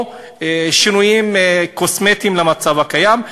או שינויים קוסמטיים למצב הקיים.